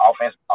offense